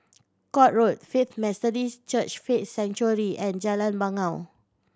Court Road Faith Methodist Church Faith Sanctuary and Jalan Bangau